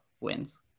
wins